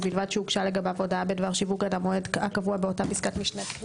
ובלבד שהוגשה לגביו הודעה בדבר שיווק עד המועד הקבוע באותה פסקת משנה.